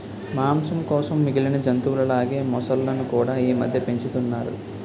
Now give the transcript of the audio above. మాంసం కోసం మిగిలిన జంతువుల లాగే మొసళ్ళును కూడా ఈమధ్య పెంచుతున్నారు